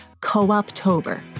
Co-Optober